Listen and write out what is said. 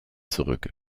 zurück